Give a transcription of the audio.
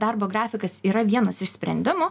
darbo grafikas yra vienas iš sprendimų